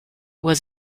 was